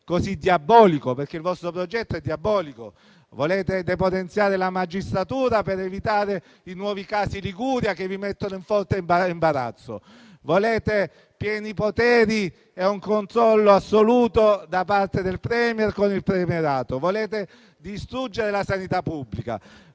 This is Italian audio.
così diabolico il vostro progetto: volete depotenziare la magistratura per evitare i nuovi casi Liguria, che vi mettono in forte imparare imbarazzo. Volete pieni poteri e un controllo assoluto da parte del *Premier* con il premierato. Volete distruggere la sanità pubblica.